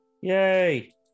Yay